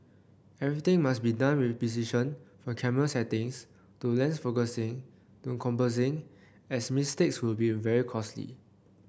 everything must be done with precision from camera settings to lens focusing to composing as mistakes will be very costly